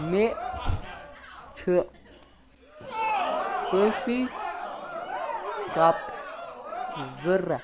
مے چُھ coffee cup ضرورت